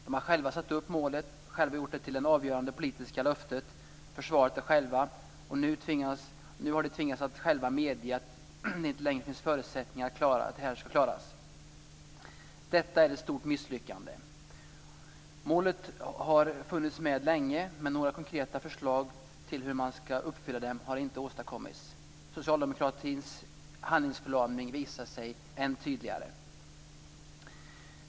De har själva satt upp målet, själva gjort det till det avgörande politiska löftet, själva försvarat det, och nu har de tvingats att själva medge att det inte längre finns förutsättningar för att det skall klaras. Detta är ett stort misslyckande. Målet har funnits med länge, men några konkreta förslag till hur man skall nå det har inte åstadkommits. Socialdemokratins handlingsförlamning visar sig än tydligare.